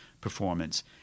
performance